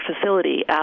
facility